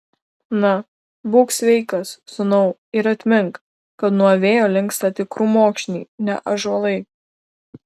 na būk sveikas sūnau ir atmink kad nuo vėjo linksta tik krūmokšniai ne ąžuolai